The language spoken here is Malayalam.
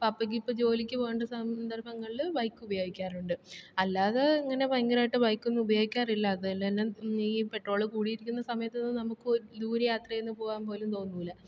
പപ്പക്ക് ഇപ്പോൾ ജോലിക്ക് പോകാണ്ട് സന്ദർഭങ്ങളില് ബൈക്ക് ഉപയോഗിക്കാറുണ്ട് അല്ലാതെ ഇങ്ങനെ ഭയങ്കരമായിട്ട് ബൈക്കൊന്നും ഉപയോഗിക്കാറില്ല അതുപോലെ തന്നെ ഈ പെട്രോള് കൂടിയിരിക്കുന്ന സമയത്തൊന്നും നമുക്ക് ദൂര യാത്രയൊന്നും പോകാൻ പോലും തോന്നില്ല